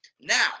now